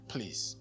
Please